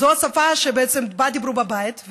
זו השפה שבעצם דיברו בה בבית,